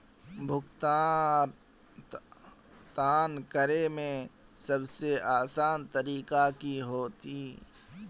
भुगतान करे में सबसे आसान तरीका की होते?